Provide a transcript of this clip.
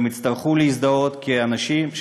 והם יצטרכו להזדהות כאנשים,